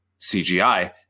CGI